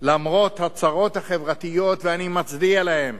למרות הצרות החברתיות, ואני מצדיע להם,